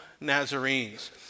Nazarenes